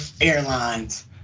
airlines